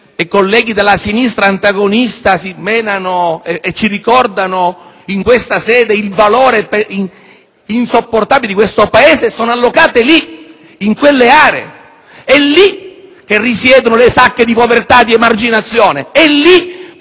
e colleghi della sinistra antagonista si menano, ricordando in questa sede un valore insopportabile per il nostro Paese, sono allocate lì, in quelle aree: è lì che risiedono le sacche di povertà e di emarginazione; è lì che